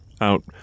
out